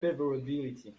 favorability